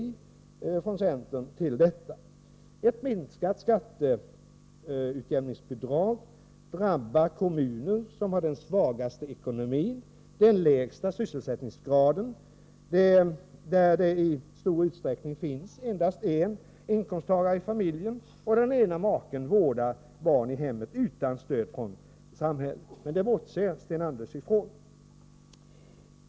Vi från centern sade då nej till detta. Ett minskat skatteutjämningsbidrag drabbar de kommuner som har den svagaste ekono å i RA i å TS Vid remiss av min oci den lägsta SyssolsArRingsgra den; där det i stor utsträckning endast — kom pletteringsprofinns en inkomsttagare i familjen och den ena maken vårdar barnen i hemmet positionen utan stöd från samhället. Men det bortser Sten Andersson från.